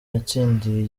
yatsindiye